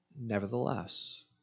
Nevertheless